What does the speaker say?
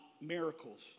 miracles